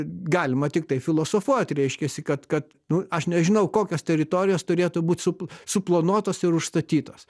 galima tiktai filosofuot reiškiasi kad kad nu aš nežinau kokios teritorijos turėtų būt sup suplanuotos ir užstatytos